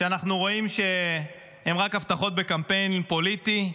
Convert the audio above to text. שאנחנו רואים שהן רק הבטחות בקמפיין פוליטי.